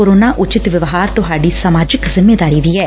corona ਉਚਿਤ ਵਿਵਹਾਰ ਤੁਹਾਂਡੀ ਸਮਾਜਿਕ ਜ਼ਿੰਮੇਵਾਰੀ ਵੀ ਐ